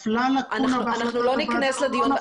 לא ניכנס לדיון.